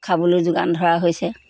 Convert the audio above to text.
খাবলৈ যোগান ধৰা হৈছে